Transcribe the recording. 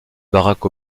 barack